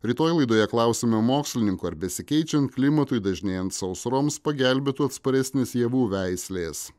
rytoj laidoje klausime mokslininkų ar besikeičiant klimatui dažnėjant sausroms pagelbėtų atsparesnės javų veislės